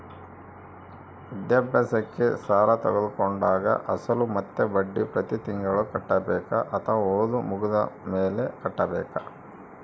ವಿದ್ಯಾಭ್ಯಾಸಕ್ಕೆ ಸಾಲ ತೋಗೊಂಡಾಗ ಅಸಲು ಮತ್ತೆ ಬಡ್ಡಿ ಪ್ರತಿ ತಿಂಗಳು ಕಟ್ಟಬೇಕಾ ಅಥವಾ ಓದು ಮುಗಿದ ಮೇಲೆ ಕಟ್ಟಬೇಕಾ?